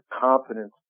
confidence